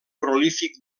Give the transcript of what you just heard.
prolífic